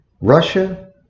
Russia